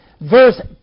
verse